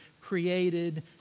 created